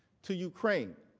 to ukraine,